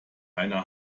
einer